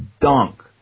dunk